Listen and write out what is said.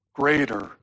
greater